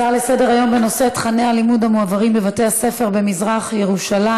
הצעות לסדר-היום בנושא תוכני הלימודים בבתי-הספר במזרח-ירושלים,